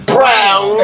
Brown